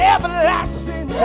Everlasting